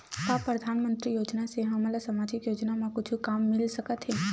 का परधानमंतरी योजना से हमन ला सामजिक योजना मा कुछु काम मिल सकत हे?